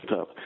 up